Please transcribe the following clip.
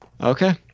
Okay